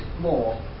more